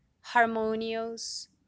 harmonious